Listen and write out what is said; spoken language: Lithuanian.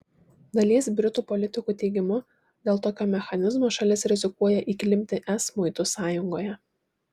dalies britų politikų teigimu dėl tokio mechanizmo šalis rizikuoja įklimpti es muitų sąjungoje